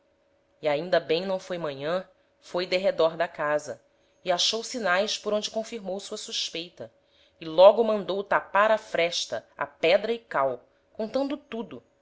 e ainda bem não foi manhan foi derredor da casa e achou sinaes por onde confirmou sua suspeita e logo mandou tapar a fresta a pedra e cal contando tudo